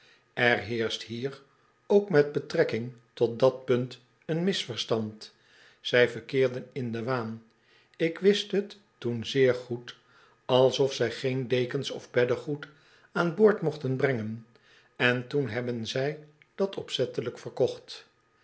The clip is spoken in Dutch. er heerscht hier ook met betrekking tot dat punt een misverstand zij verkeerden in den waan ik wist t toen zeer goed alsof zij geen dekens of beddegoed aan boord mochten brengen en toen hebben zij dat opzettelijk verkocht